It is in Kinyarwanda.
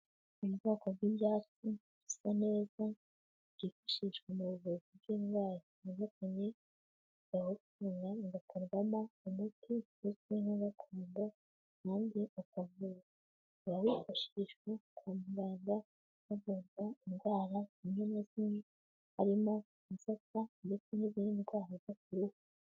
Ubwoko bw'ibyatsi bisa neza byifashishwa mu buvuzi bw'indwara zitandukanye, barawukora hagakarwamo umuti uzwi nka gakondo maze ukavura. Ukaba wifashishwa kwa muganga havurwa indwara zimwe na zimwe harimo inzoka ndetse n'izindi ndwara zo kuruhu.